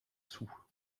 sou